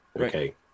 Okay